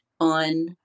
on